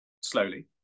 slowly